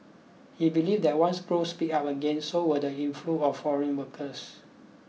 he believed that once growths picked up again so will the inflow of foreign workers